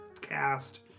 cast